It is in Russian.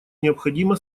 необходима